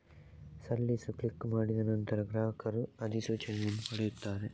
ಸಲ್ಲಿಸು ಕ್ಲಿಕ್ ಮಾಡಿದ ನಂತರ, ಗ್ರಾಹಕರು ಅಧಿಸೂಚನೆಯನ್ನು ಪಡೆಯುತ್ತಾರೆ